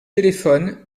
téléphone